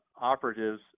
operatives